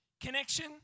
Connection